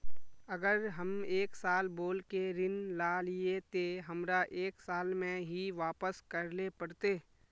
अगर हम एक साल बोल के ऋण लालिये ते हमरा एक साल में ही वापस करले पड़ते?